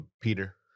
peter